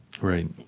right